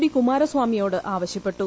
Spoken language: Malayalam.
ഡി കുമാരസ്വാമിയോട് ആവശ്യപ്പെട്ടു